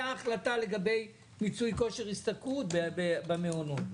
הרי זאת ההחלטה לגבי מיצוי כושר השתכרות במעונות.